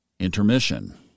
INTERMISSION